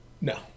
No